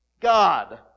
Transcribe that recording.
God